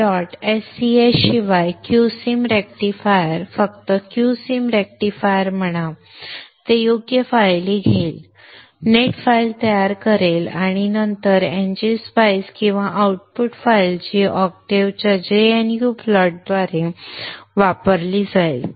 तर dot sch शिवाय q sim rectifier फक्त q sim रेक्टिफायर म्हणा ते योग्य फायली घेईल नेट फाइल तयार करेल आणि नंतर ng spice किंवा आउटपुट फाइल जी ऑक्टेव्हच्या gnu प्लॉटद्वारे वापरली जाईल